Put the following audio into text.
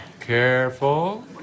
Careful